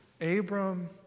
Abram